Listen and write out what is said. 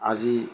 আজি